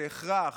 זה הכרח.